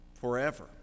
forever